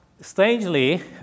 strangely